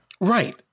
Right